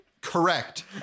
correct